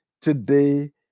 today